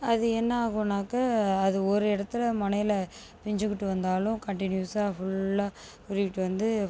அது என்ன ஆகுனாக்க அது ஒரு இடத்துல முனையில பிஞ்சுக்கிட்டு வந்தாலும் கண்டினுஸா ஃபுல்லாக உறிவிக்கிட்டு வந்து